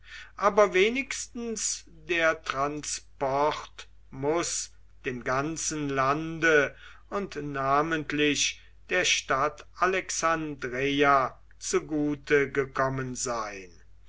aber wenigstens der transport muß dem ganzen lande und namentlich der stadt alexandreia zugute gekommen sein